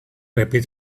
repeat